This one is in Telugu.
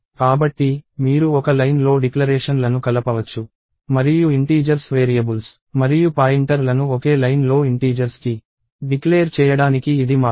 కాబట్టి మీరు ఒక లైన్లో డిక్లరేషన్లను కలపవచ్చు మరియు ఇంటీజర్స్ వేరియబుల్స్ మరియు పాయింటర్లను ఒకే లైన్లో ఇంటీజర్స్ కి డిక్లేర్ చేయడానికి ఇది మార్గం